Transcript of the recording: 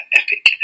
epic